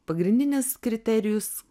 pagrindinis kriterijus